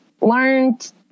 learned